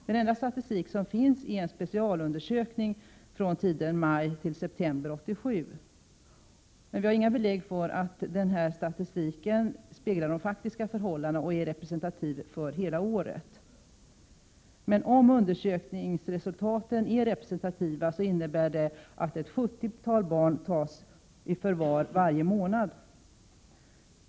Den enda statistik som finns är en specialundersökning från tiden maj till september 1987, men vi har inga belägg för att den statistiken avspeglar de faktiska förhållandena och är representativ för hela året. Men om undersökningsresultaten är representativa innebär det att ett sjuttiotal barn tas i förvar varje månad.